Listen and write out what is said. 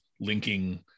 linking